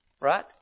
right